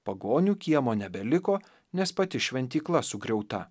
pagonių kiemo nebeliko nes pati šventykla sugriauta